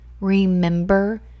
remember